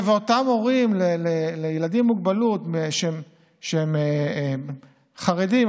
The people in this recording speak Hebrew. הורים לילדים עם מוגבלות שהם חרדים,